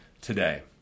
today